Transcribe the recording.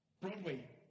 Broadway